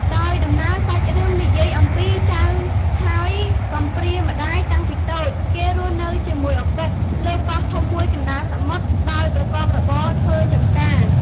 ដោយដំណើរសាច់រឿងនិយាយអំពី ចៅឆើយកំព្រាម្តាយតាំងពីតូច គេរស់នៅជាមួយឪពុក លើកោះធំមួយកណ្តាលសមុទ្រ ដោយប្រកបរបរធ្វើចំការ ។